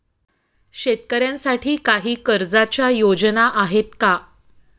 शेतकऱ्यांसाठी काही कर्जाच्या योजना आहेत का?